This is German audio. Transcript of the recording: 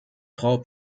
frau